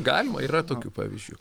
galima yra tokių pavyzdžių